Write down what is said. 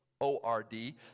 O-R-D